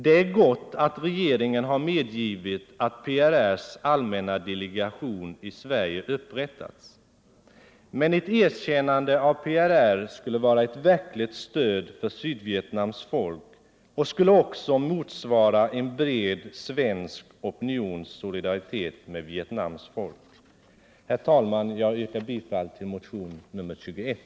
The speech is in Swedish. Det är gott att regeringen har medgivit att PRR:s allmänna delegation i Sverige upprättats — men ett erkännande av PRR skulle vara ett verkligt stöd för Sydvietnams folk och skulle också motsvara en bred svensk opinions solidaritet med Vietnams folk. Herr talman! Jag yrkar bifall till motionen 21.